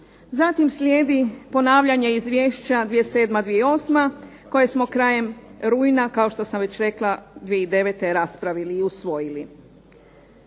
Zatim slijedi ponavljanje Izvješća 2007.- 2008. koje smo krajem rujna, kao što sam već rekla, 2009. raspravili i usvojili.